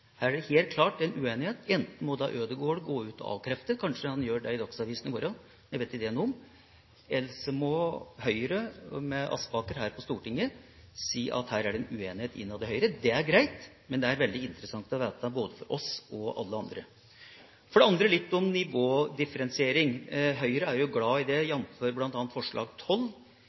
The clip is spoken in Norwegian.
Her er det helt klart en uenighet. Enten må da Ødegaard gå ut og avkrefte det – kanskje han gjør det i Dagsavisen i morgen, det vet ikke jeg noe om – eller så må Høyre med Aspaker her på Stortinget si at her er det en uenighet innad i Høyre. Det er greit, men det er veldig interessant å vite både for oss og for alle andre. For det andre litt om nivådifferensiering: Høyre er glad i det, jf. bl.a. forslag